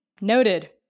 Noted